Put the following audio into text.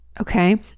Okay